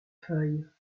feuilles